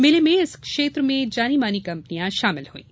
मेले में इस क्षेत्र में जानी मानी कंपनियां शामिल हुईं